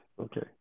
Okay